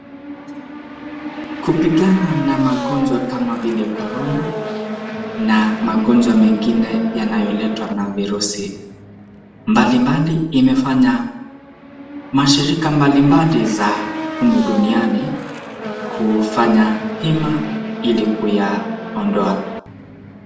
Kupigana na magonjwa kama vile korona na magonjwa mengine yanayoletwa na virusi mbalimbali, imefanya mashirika mbalimbali za humu duniani kufanya hima ili kuyaondoa.